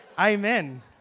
Amen